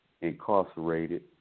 incarcerated